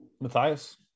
Matthias